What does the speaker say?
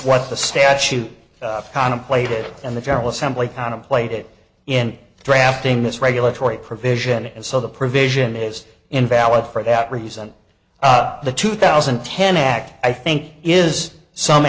what the statute contemplated and the general assembly contemplated in drafting this regulatory provision and so the provision is invalid for that reason the two thousand and ten act i think is some